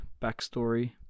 backstory